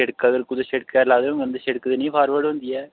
हुन शिड़का पर कुतै शिड़क पर लाए दे होंङन ते शिड़क ते नीं फारवर्ड होंदी ऐ